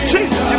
Jesus